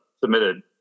submitted